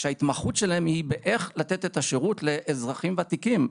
שההתמחות שלהם היא איך לתת את השירות לאזרחים ותיקים,